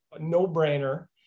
no-brainer